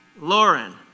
Lauren